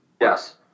Yes